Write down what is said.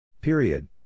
Period